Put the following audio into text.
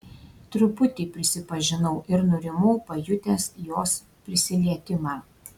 truputį prisipažinau ir nurimau pajutęs jos prisilietimą